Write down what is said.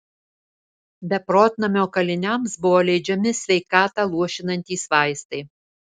beprotnamio kaliniams buvo leidžiami sveikatą luošinantys vaistai